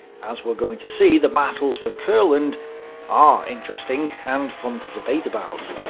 as we're going to see, the battles for courland are interesting and fun to debate about,